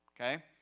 Okay